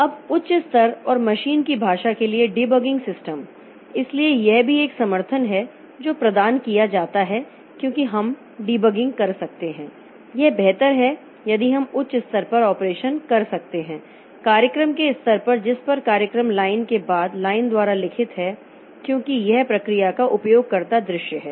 अब उच्च स्तर और मशीन की भाषा के लिए डिबगिंग सिस्टम इसलिए यह भी एक समर्थन है जो प्रदान किया जाता है क्योंकि हम डिबगिंग कर सकते हैं यह बेहतर है यदि हम उच्च स्तर पर ऑपरेशन कर सकते हैं कार्यक्रम के स्तर पर जिस पर कार्यक्रम लाइन के बाद लाइन द्वारा लिखित है क्योंकि यह प्रक्रिया का उपयोगकर्ता दृश्य है